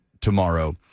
tomorrow